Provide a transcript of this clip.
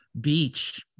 Beach